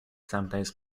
sometimes